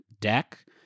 deck